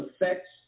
affects